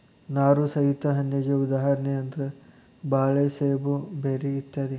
ನಾರು ಸಹಿತ ಹಣ್ಣಿಗೆ ಉದಾಹರಣೆ ಅಂದ್ರ ಬಾಳೆ ಸೇಬು ಬೆರ್ರಿ ಇತ್ಯಾದಿ